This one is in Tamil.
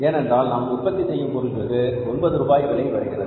ஏனென்றால் நாம் உற்பத்தி செய்யும் பொருளுக்கு ஒன்பது ரூபாய் விலை வருகிறது